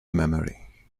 memory